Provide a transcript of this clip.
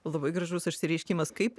labai gražus išsireiškimas kaip